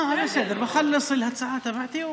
לכספים?